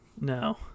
No